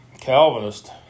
Calvinist